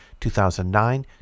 2009